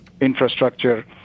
infrastructure